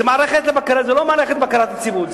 זאת לא מערכת בקרת יציבות,